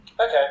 Okay